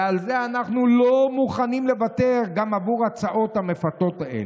ועל זה אנחנו לא מוכנים לוותר גם עבור ההצעות המפתות האלה'."